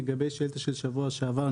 לגבי השאילתה של שבוע שעבר,